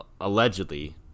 allegedly